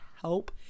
help